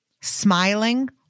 Smiling